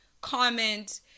Comment